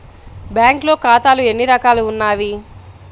బ్యాంక్లో ఖాతాలు ఎన్ని రకాలు ఉన్నావి?